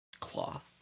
Cloth